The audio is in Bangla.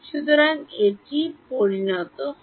সুতরাং এটি কি τপরিণত হয়